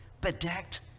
bedecked